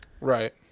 right